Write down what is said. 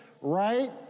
right